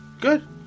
Good